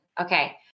okay